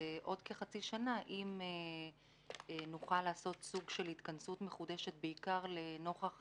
בעוד כחצי שנה אם נוכל לעשות סוג של התכנסות מחודשת בעיקר לנוכח